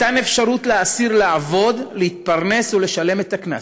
מתן אפשרות לאסיר לעבוד, להתפרנס ולשלם את הקנס?